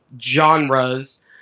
genres